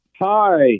Hi